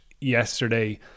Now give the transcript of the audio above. yesterday